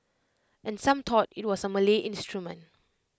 and some thought IT was A Malay instrument